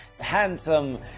handsome